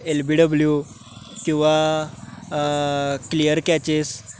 L B W किंवा clear catches